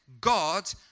God